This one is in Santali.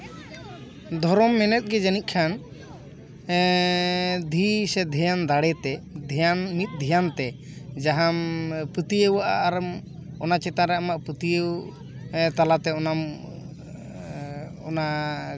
ᱫᱷᱚᱨᱚᱢ ᱢᱮᱱᱮᱛ ᱜᱮ ᱡᱟᱹᱱᱤᱡ ᱠᱷᱟᱱ ᱫᱷᱤ ᱥᱮ ᱫᱷᱮᱭᱟᱱ ᱫᱟᱲᱮ ᱛᱮ ᱢᱤᱫ ᱫᱷᱮᱭᱟᱱ ᱛᱮ ᱡᱟᱦᱟᱸᱢ ᱯᱟᱹᱛᱭᱟᱹᱣᱟᱜᱼᱟ ᱟᱨᱮᱢ ᱚᱱᱟ ᱪᱮᱛᱟᱱ ᱨᱮ ᱟᱢᱟᱜ ᱯᱟᱹᱛᱭᱟᱹᱣ ᱛᱟᱞᱟᱛᱮ ᱚᱱᱟᱢ ᱚᱱᱟ